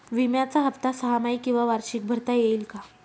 विम्याचा हफ्ता सहामाही किंवा वार्षिक भरता येईल का?